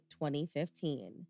2015